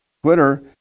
Twitter